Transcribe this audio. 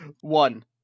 One